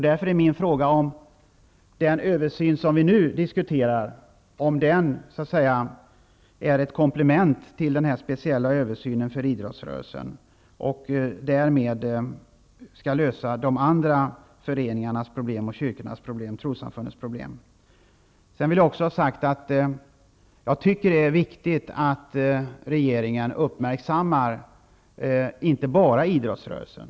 Därför undrar jag om den översyn som vi nu diskuterar är ett komplement till den här speciella översynen för idrottsrörelsen, för att lösa de andra föreningarnas och trossamfundens problem. Jag tycker att det är viktigt att regeringen inte bara uppmärksammar idrottsrörelsen.